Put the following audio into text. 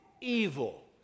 evil